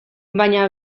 baina